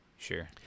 Sure